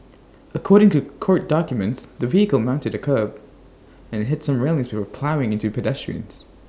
according to court documents the vehicle mounted A kerb and hit some railings will ploughing into pedestrians